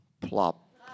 plop